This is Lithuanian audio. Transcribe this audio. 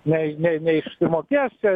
jei ne neišsimokės čia